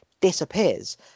disappears